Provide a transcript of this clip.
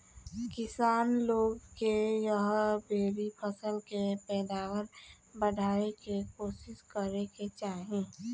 किसान लोग के एह बेरी फसल के पैदावार बढ़ावे के कोशिस करे के चाही